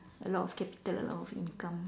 a lot of capital a lot of income